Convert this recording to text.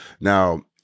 Now